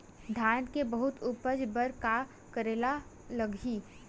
धान के बहुत उपज बर का करेला लगही?